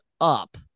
up